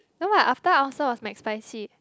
no what after ulcer was Mcspicy